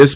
S